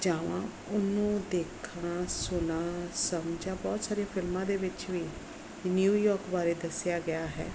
ਜਾਵਾਂ ਉਹਨੂੰ ਦੇਖਾਂ ਸੁਣਾ ਸਮਝਾਂ ਬਹੁਤ ਸਾਰੀਆਂ ਫਿਲਮਾਂ ਦੇ ਵਿੱਚ ਵੀ ਨਿਊਯੋਰਕ ਬਾਰੇ ਦੱਸਿਆ ਗਿਆ ਹੈ